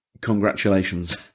congratulations